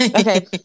Okay